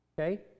Okay